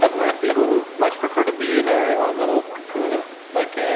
but we're people who much prefer to be in our own little cocoon of, like, ah